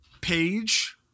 page